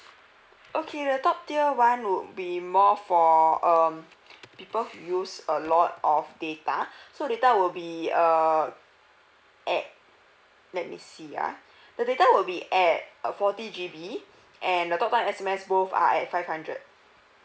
okay the top tier [one] would be more for um people who use a lot of data so later I will be err eh let me see ah the data will be at uh forty G_B and the talk time and S_M_S both are at five hundred